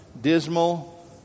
dismal